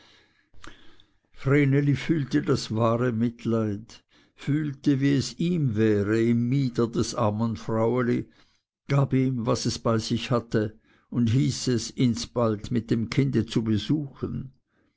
fühlte das wahre mitleid fühlte wie es ihm wäre im mieder des armen fraueli gab ihm was es bei sich hatte und hieß es ihns bald mit dem kinde zu besuchen